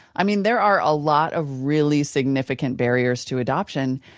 i mean, there are a lot of really significant barriers to adoption.